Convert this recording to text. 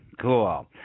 Cool